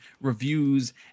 reviews